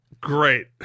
great